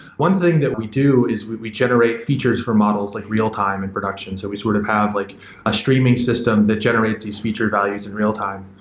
one thing that we do is we we generate features for models like real-time in production. so we sort of have like a streaming system that generates these feature values in real-time.